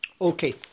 okay